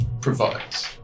provides